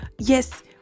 yes